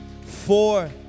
four